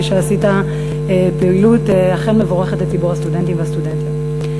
כפי שעשית פעילות אכן מבורכת לציבור הסטודנטים והסטודנטיות.